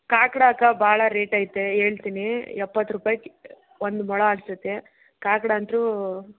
ಕಾಕಡಾ ಅಕ್ಕ ಬಹಳ ರೇಟ್ ಐತೆ ಹೇಳ್ತೀನಿ ಎಪ್ಪತ್ತು ರೂಪಾಯಿ ಒಂದು ಮೊಳ ಆಗ್ತೈತೆ ಕಾಕಡಾ ಅಂತೂ